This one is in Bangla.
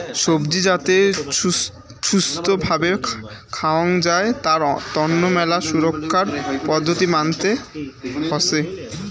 সবজি যাতে ছুস্থ্য ভাবে খাওয়াং যাই তার তন্ন মেলা সুরক্ষার পদ্ধতি মানতে হসে